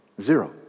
Zero